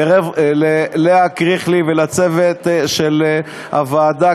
ללאה קריכלי ולצוות של הוועדה,